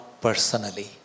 personally